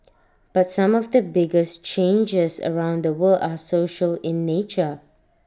but some of the biggest changes around the world are social in nature